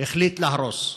החליט להרוס,